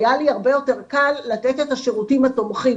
היה לי הרבה יותר קל לתת את השירותים התומכים,